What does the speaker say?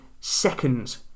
seconds